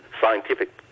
scientific